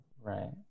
Right